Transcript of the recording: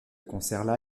concert